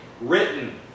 written